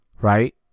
right